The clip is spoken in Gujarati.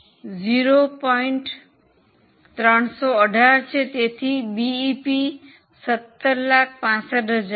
318 છે તેથી બીઇપી 1765000 છે